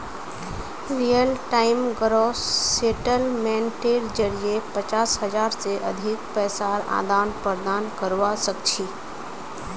real time gross सेटलमेंटेर जरिये पचास हज़ार से अधिक पैसार आदान प्रदान करवा सक छी